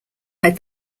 had